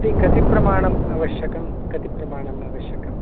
कति प्रमाणं आवश्यकम् कति प्रमाणम् आवश्यकम्